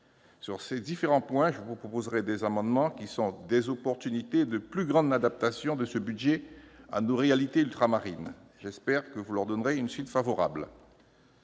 Sur ces différents points, je proposerai des amendements visant à offrir des opportunités de plus grande adaptation de ce budget à nos réalités ultramarines. J'espère que vous leur donnerez une suite favorable.